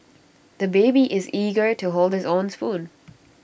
the baby is eager to hold his own spoon